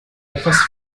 etwas